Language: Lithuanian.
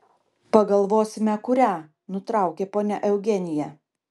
pagalvosime kurią nutraukė ponia eugenija